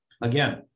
Again